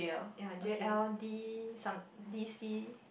ya J_L_D some D_C